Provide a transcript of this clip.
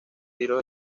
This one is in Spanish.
tiros